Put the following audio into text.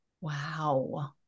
Wow